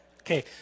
Okay